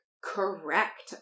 correct